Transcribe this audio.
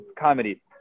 comedy